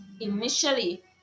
Initially